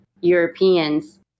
Europeans